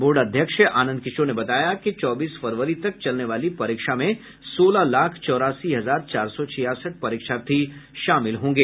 board अध्यक्ष आनंद किशोर ने बताया कि चौबीस फरवरी तक चलने वाली परीक्षा में सोलह लाख चौरासी हजार चार सौ छियासठ परीक्षार्थी शामिल होंगे